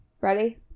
Ready